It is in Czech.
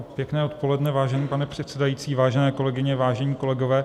Pěkné odpoledne, vážený pane předsedající, vážené kolegyně, vážení kolegové.